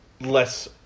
less